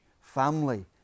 family